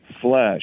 flesh